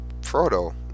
Frodo